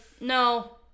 no